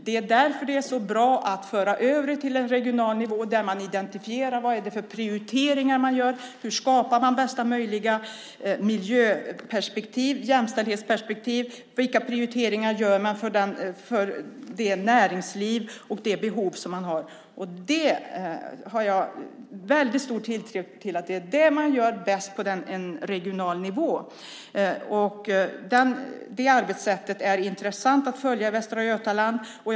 Det är därför det är så bra att föra över frågan till en regional nivå så att prioriteringarna kan identifieras, bland annat hur bästa möjliga miljöperspektiv kan skapas, likaså med jämställdhetsperspektiv. Det handlar om vilka prioriteringar som görs för näringslivets behov. Jag har stor tilltro till att det görs bäst på den regionala nivån. Det är intressant att följa det arbetssättet i Västra Götalandsregionen.